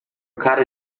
cara